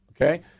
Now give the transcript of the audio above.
Okay